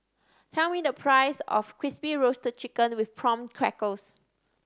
tell me the price of Crispy Roasted Chicken with Prawn Crackers